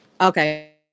Okay